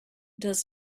does